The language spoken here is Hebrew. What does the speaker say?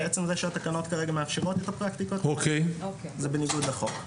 בעצם זה שהתקנות כרגע מאפשרות את הפרקטיקות האלה זה בניגוד לחוק,